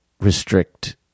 restrict